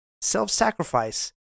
self-sacrifice